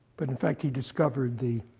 but in fact, he discovered the